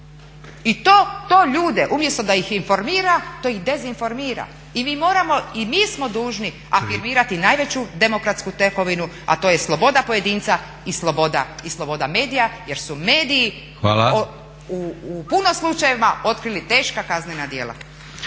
I to ljude umjesto da ih informira to ih dezinformira. I mi moramo i mi smo dužni afirmirati najveću demokratsku tekovinu a to je sloboda pojedinca i sloboda medija jer su mediji u puno slučajeva otkrili teška kaznena djela.